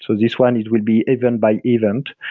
so this one will be event by event.